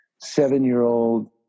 seven-year-old